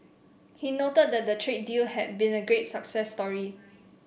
he noted that the trade deal has been a great success story